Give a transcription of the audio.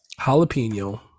jalapeno